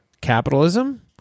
Capitalism